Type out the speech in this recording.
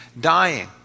dying